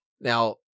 Now